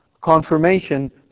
confirmation